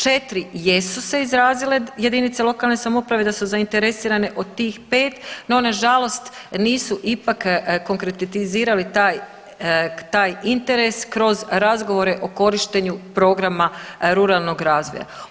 4 jesu se izrazile jedinice lokalne samouprave da su zainteresirane od tih 5 no nažalost nisu ipak konkretizirali taj, taj interes kroz razgovore o korištenju programa ruralnog razvoja.